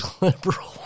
liberal